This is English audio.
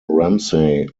ramsay